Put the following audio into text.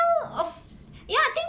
well of ya I think